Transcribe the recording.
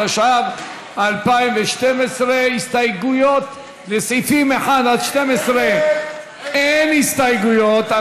התשע"ו 2016. לסעיפים 1 12 אין הסתייגויות.